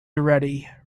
already